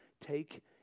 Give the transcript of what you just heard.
take